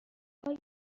آیا